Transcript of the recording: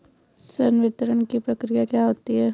संवितरण की प्रक्रिया क्या होती है?